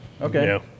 Okay